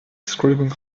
scribbling